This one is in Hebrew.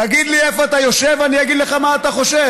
תגיד לי איפה אתה יושב, אני אגיד לך מה אתה חושב.